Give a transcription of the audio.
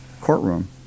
courtroom